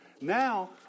Now